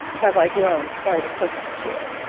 have i grown quite accustomed to it